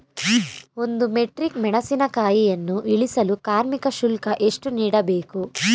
ಒಂದು ಮೆಟ್ರಿಕ್ ಮೆಣಸಿನಕಾಯಿಯನ್ನು ಇಳಿಸಲು ಕಾರ್ಮಿಕ ಶುಲ್ಕ ಎಷ್ಟು ನೀಡಬೇಕು?